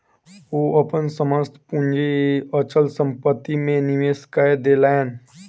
ओ अपन समस्त पूंजी अचल संपत्ति में निवेश कय देलैन